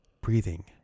breathing